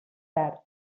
tard